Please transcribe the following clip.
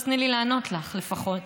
אז תני לי לענות לך לפחות.